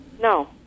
No